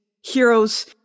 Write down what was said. heroes